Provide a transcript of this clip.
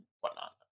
whatnot